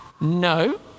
No